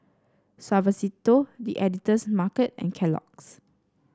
Suavecito The Editor's Market and Kellogg's